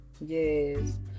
yes